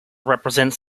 represents